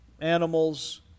animals